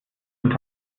und